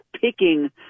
picking